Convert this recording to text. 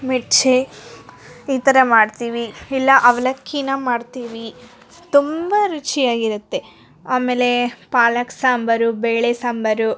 ಮಿರ್ಚಿ ಈ ಥರ ಮಾಡ್ತೀವಿ ಇಲ್ಲ ಅವಲಕ್ಕಿನ ಮಾಡ್ತೀವಿ ತುಂಬ ರುಚಿಯಾಗಿರುತ್ತೆ ಆಮೇಲೆ ಪಾಲಕ್ ಸಾಂಬರು ಬೇಳೆ ಸಾಂಬರು